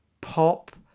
pop